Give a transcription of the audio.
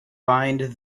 bind